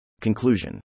Conclusion